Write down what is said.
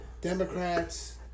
Democrats